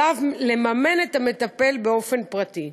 עליו לממן את המטפל באופן פרטי.